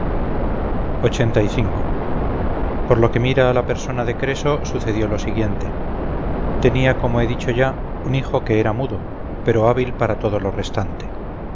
empezaron a saquearla por lo que mira a la persona de creso sucedió lo siguiente tenía como he dicho ya un hijo que era mudo pero hábil para todo lo restante